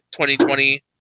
2020